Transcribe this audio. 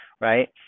right